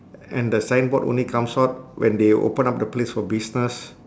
and the signboard only comes out when they open up the place for business